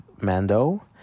mando